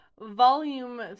Volume